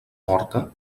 morta